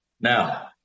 Now